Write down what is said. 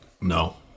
No